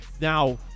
now